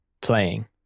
playing